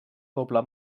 doble